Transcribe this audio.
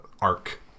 arc